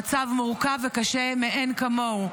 המצב מורכב וקשה מאין כמוהו,